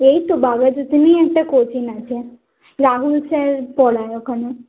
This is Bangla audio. এই তো বাঘাযতীনেই একটা কোচিং আছে রাহুল স্যার পড়ায় ওখানে